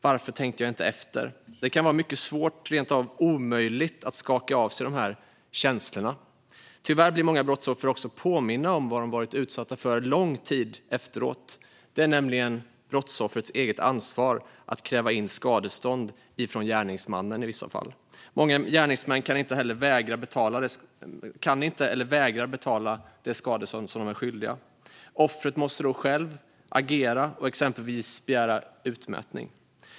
Varför tänkte jag inte efter? Det kan vara mycket svårt eller rent av omöjligt att skaka av sig dessa känslor. Tyvärr blir många brottsoffer också lång tid efteråt påminda om vad de varit utsatta för. Det är nämligen brottsoffrets eget ansvar att kräva in skadestånd från gärningsmannen i vissa fall. Många gärningsmän kan inte eller vägrar betala det skadestånd de är skyldiga. Offret måste då själv agera och exempelvis begära utmätning.